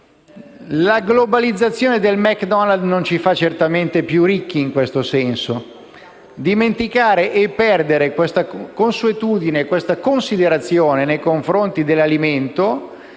La globalizzazione del McDonald's non ci fa più ricchi in questo senso. Dimenticare e perdere questa considerazione nei confronti dell'alimento